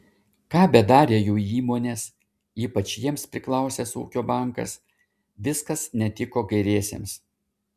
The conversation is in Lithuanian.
ką bedarė jų įmonės ypač jiems priklausęs ūkio bankas viskas netiko kairiesiems